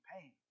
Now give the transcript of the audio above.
pain